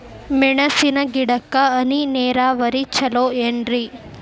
ಮೆಣಸಿನ ಗಿಡಕ್ಕ ಹನಿ ನೇರಾವರಿ ಛಲೋ ಏನ್ರಿ?